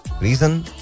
Reason